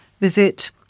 visit